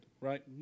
right